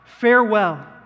farewell